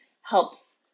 helps